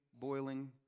boiling